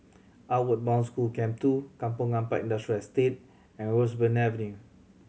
Outward Bound School Camp Two Kampong Ampat Industrial Estate and Roseburn Avenue